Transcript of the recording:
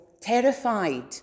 terrified